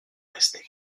restées